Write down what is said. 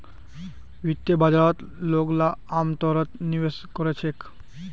वित्तीय बाजारत लोगला अमतौरत निवेश कोरे छेक